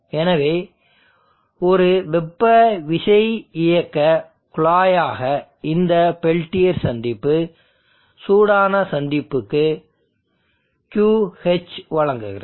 எனவே ஒரு வெப்ப விசையியக்கக் குழாயாக இந்த பெல்டியர் சந்திப்பு சூடான சந்திப்புக்கு Qh வழங்குகிறது